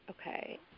Okay